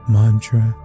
mantra